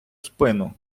спину